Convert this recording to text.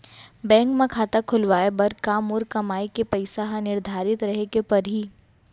Bank म खाता खुलवाये बर का मोर कमाई के पइसा ह निर्धारित रहे के पड़ही?